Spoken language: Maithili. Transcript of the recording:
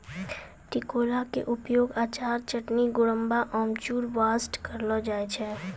टिकोला के उपयोग अचार, चटनी, गुड़म्बा, अमचूर बास्तॅ करलो जाय छै